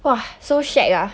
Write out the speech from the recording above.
!wah! so shag ah